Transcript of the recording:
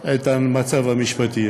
את המצב המשפטי.